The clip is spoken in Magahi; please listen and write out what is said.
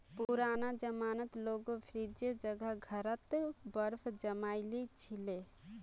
पुराना जमानात लोग फ्रिजेर जगह घड़ा त बर्फ जमइ ली छि ले